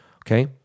okay